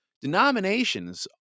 denominations